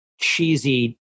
cheesy